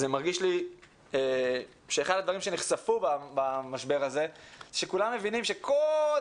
זה מרגיש לי שאחד הדברים שנחשפו במשבר הזה זה שכולם מבינים שקודם